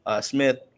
Smith